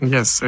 Yes